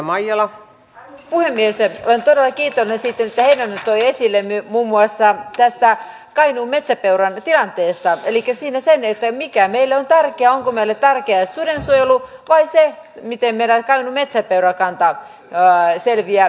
olen todella kiitollinen siitä mitä heinonen toi esille muun muassa tästä kainuun metsäpeuran tilanteesta elikkä siitä sen mikä meille on tärkeää onko meille tärkeää suden suojelu vai se miten meidän metsäpeurakantamme selviää